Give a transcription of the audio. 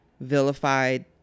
vilified